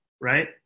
right